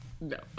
No